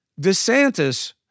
DeSantis